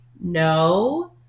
no